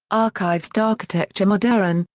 archives d'architecture moderne,